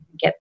get